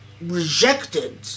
rejected